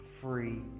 free